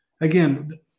Again